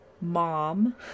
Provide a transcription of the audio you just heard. Mom